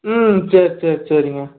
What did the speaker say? ம் சரி சரி சரிங்க